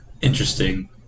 Interesting